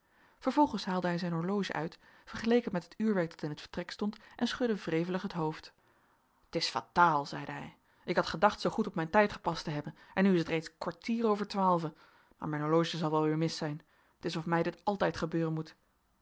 vervolgens haalde hij zijn horloge uit vergeleek het met het uurwerk dat in het vertrek stond en schudde wrevelig het hoofd t is fataal zeide hij ik had gedacht zoo goed op mijn tijd gepast te hebben en nu is het reeds kwartier over twaalven maar mijn horloge zal wel weer mis zijn t is of mij dit altijd gebeuren moet